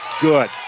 Good